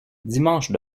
dimanche